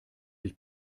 sich